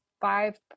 five